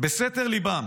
בסתר ליבם